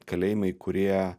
kalėjimai kurie